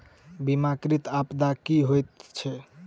बीमाकृत आपदा की होइत छैक?